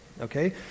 okay